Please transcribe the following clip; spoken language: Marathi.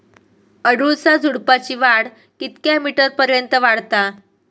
अडुळसा झुडूपाची वाढ कितक्या मीटर पर्यंत वाढता?